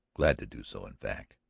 glad to do so, in fact.